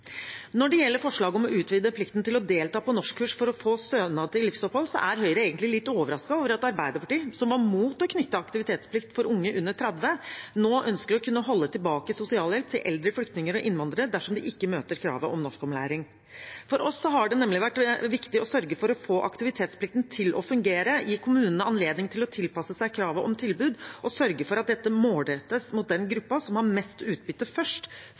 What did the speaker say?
Når det gjelder forslaget om å utvide plikten til å delta på norskkurs for å få stønad til livsopphold, er Høyre egentlig litt overrasket over at Arbeiderpartiet, som var imot aktivitetsplikt for unge under 30 år, nå ønsker å kunne holde tilbake sosialhjelp til eldre flyktninger og innvandrere dersom de ikke møter kravet om norskopplæring. For oss har det nemlig vært viktig å sørge for å få aktivitetsplikten til å fungere, gi kommunene anledning til å tilpasse seg kravet om tilbud og sørge for at dette målrettes mot den gruppen som har mest utbytte, først